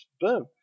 boom